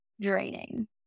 draining